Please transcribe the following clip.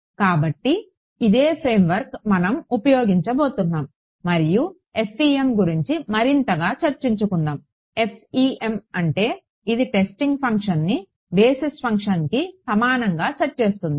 కాబట్టి ఇదే ఫ్రేమ్వర్క్ మనం ఉపయోగించబోతున్నాము మరియు FEM గురించి మరింతగా చర్చించుకుందాము FEM అంటే ఇది టెస్టింగ్ ఫంక్షన్ని బేసిస్ ఫంక్షన్కి సమానంగా సెట్ చేస్తుంది